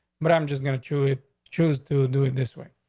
but i'm just gonna choose choose to do it this way,